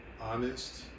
Honest